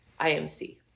IMC